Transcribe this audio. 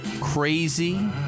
crazy